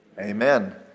Amen